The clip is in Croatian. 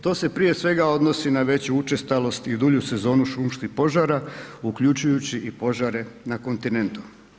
To se prije svega odnosi na veću učestalost i dulju sezonu šumskih požara uključujući i požare na kontinentu.